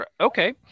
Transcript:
okay